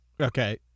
okay